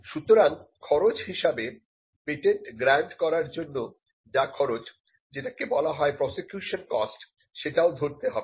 সুতরাং খরচ হিসাবে পেটেন্ট গ্র্যান্ট করার জন্য যা খরচ যেটাকে বলা হয় প্রসিকিউশন কস্ট সেটাও ধরতে হবে